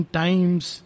times